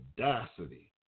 audacity